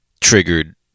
triggered